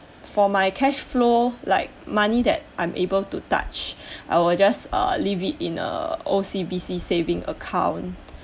for my cash flow like money that I am able to touch I will just uh leave it err O_C_B_C account